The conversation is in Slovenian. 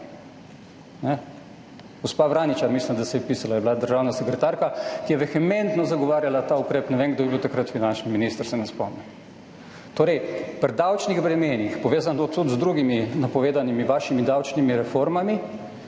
Gospa Vraničar [Erman] mislim, da se je pisala, je bila državna sekretarka, ki je vehementno zagovarjala ta ukrep. Ne vem kdo je bil takrat finančni minister, se ne spomnim. Torej, pri davčnih bremenih, povezano je bilo tudi z drugimi vašimi napovedanimi davčnimi reformami,